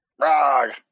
Rog